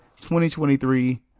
2023